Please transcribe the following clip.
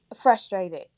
frustrated